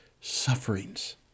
sufferings